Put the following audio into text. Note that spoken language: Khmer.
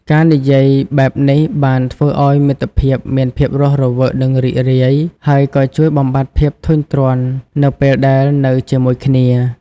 ការនិយាយបែបនេះបានធ្វើឱ្យមិត្តភាពមានភាពរស់រវើកនិងរីករាយ ហើយក៏ជួយបំបាត់ភាពធុញទ្រាន់នៅពេលដែលនៅជាមួយគ្នា។